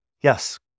Yes